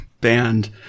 band